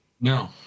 no